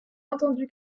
entendu